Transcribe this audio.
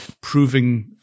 proving